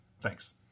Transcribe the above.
Thanks